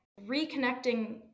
Reconnecting